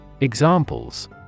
Examples